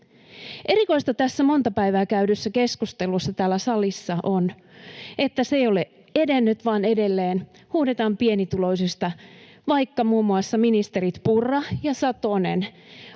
Erikoista tässä monta päivää käydyssä keskustelussa täällä salissa on, että se ei ole edennyt vaan edelleen huudetaan pienituloisista, vaikka muun muassa ministerit Purra ja Satonen